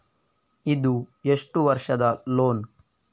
ಇದು ಎಷ್ಟು ವರ್ಷದ ಲೋನ್?